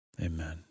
Amen